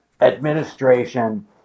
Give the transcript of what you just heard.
administration